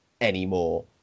anymore